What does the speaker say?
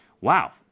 Wow